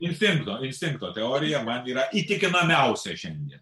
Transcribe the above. instinkto instinkto teorija man yra įtikinamiausia šiandien